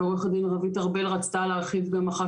ועו"ד רוית ארבל רצתה להרחיב גם אחר